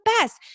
best